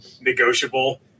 negotiable